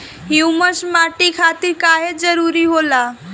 Humus माटी खातिर काहे जरूरी होला?